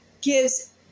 gives